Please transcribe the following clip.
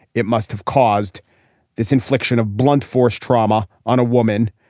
it must have caused this infliction of blunt force trauma on a woman.